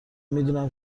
میدونم